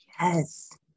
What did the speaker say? Yes